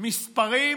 מספרים